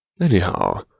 Anyhow